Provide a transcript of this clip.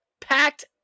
packed